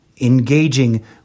engaging